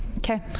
Okay